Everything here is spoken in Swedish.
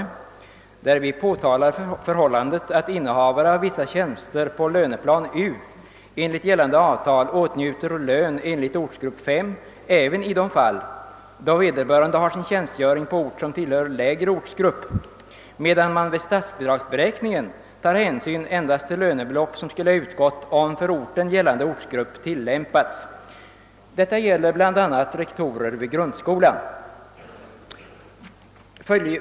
I dessa motioner påtalar vi förhållandet att innehavare av vissa tjänster på löneplan U enligt gällande avtal åtnjuter lön enligt ortsgrupp 5 även i de fall, då vederbörande har sin tjänstgöring på ort som tillhör lägre ortsgrupp, medan man vid statsbidragsberäkningen tar hänsyn endast till lönebelopp som skulle ha utgått om för orten gällande ortsgrupp tillämpats. Detta gäller bl.a. rektorer vid grundskolan.